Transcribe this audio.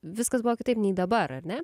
viskas buvo kitaip nei dabar ar ne